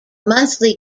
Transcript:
monthly